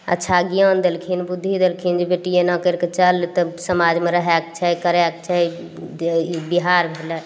अच्छा ज्ञान देलखिन बुद्धि देलखिन जे बेटी एना करि कऽ चल तऽ समाजमे रहयके छै करय के छै ई बिहार भेलय